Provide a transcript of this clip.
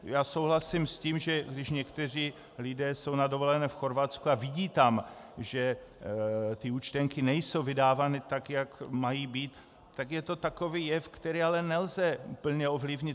Já souhlasím s tím, že když někteří lidé jsou na dovolené v Chorvatsku a vidí tam, že ty účtenky nejsou vydávány tak, jak mají být, tak je to takový jev, který ale nelze úplně ovlivnit.